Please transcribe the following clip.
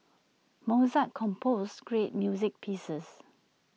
Mozart composed great music pieces